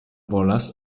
volas